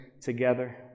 together